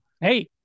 Hey